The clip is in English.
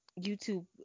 YouTube